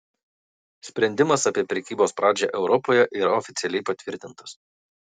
sprendimas apie prekybos pradžią europoje yra oficialiai patvirtintas